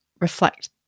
reflect